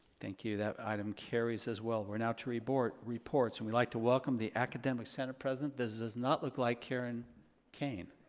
thank you, that item carries as well. we're now to reports reports and we like to welcome the academic center president. this does not look like karen kane